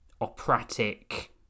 operatic